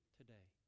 today